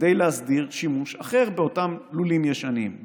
כדי להסדיר שימוש אחר באותם לולים ישנים,